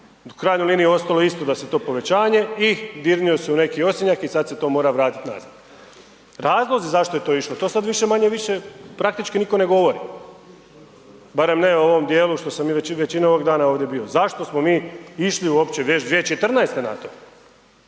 U krajnjoj liniji ostalo je isto da se to povećanje i dirnulo se u neki osinjak i sada se to mora vratiti nazad. Razlozi zašto je to išlo, to sad više-manje-više praktički nitko ne govori, barem ne u ovom dijelu što sam i većinu ovoga dana ovdje bio. Zašto smo mi išli uopće 2014. na to.